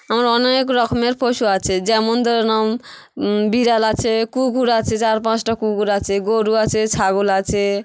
আমার অনেক রকমের পশু আছে যেমন ধরে নাও বিড়াল আছে কুকুর আছে চার পাঁচটা কুকুর আছে গোরু আছে ছাগল আছে